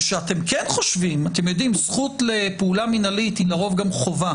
אתם יודעים זכות לפעולה מינהלית היא לרוב גם חובה